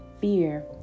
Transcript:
Fear